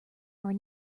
are